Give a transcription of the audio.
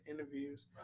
interviews